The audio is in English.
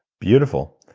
beautiful.